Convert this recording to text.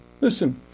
Listen